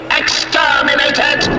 exterminated